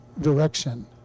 direction